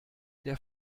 der